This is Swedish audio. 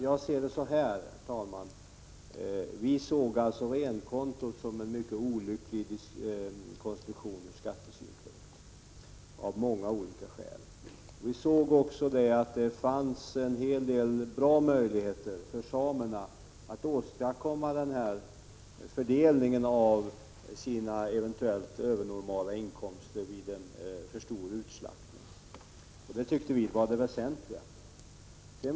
Jag ser det så här: Vi såg renkontot som en mycket olycklig konstruktion ur skattesynpunkt, av många olika skäl. Vi såg också att det fanns en hel del goda möjligheter för samerna att åstadkomma en fördelning av sina eventuellt övernormala inkomster vid en för stor utslaktning, och det tyckte vi var det väsentliga.